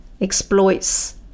exploits